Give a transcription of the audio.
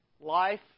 Life